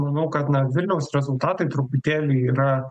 manau kad na vilniaus rezultatai truputėlį yra